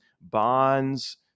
bonds